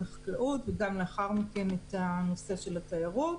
החקלאות וגם לאחר מכן את הנושא של התיירות.